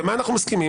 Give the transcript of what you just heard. במה אנחנו מסכימים,